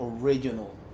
original